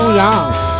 yes